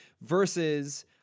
Versus